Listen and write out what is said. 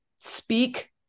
speak